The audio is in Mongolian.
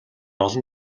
олон